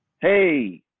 Hey